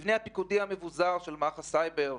המבנה הפיקודי המבוזר של מערך הסייבר,